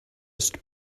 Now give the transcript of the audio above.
ist